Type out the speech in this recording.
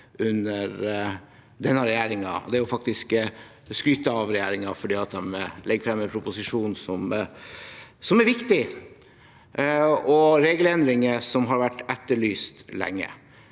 under denne regjeringen, og det er å skryte av regjeringen for at de legger fram en proposisjon som er viktig, og regelendringer som har vært etterlyst lenge.